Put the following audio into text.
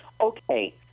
Okay